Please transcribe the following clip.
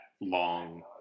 long